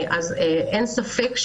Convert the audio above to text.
אין ספק,